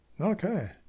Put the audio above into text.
Okay